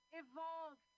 evolve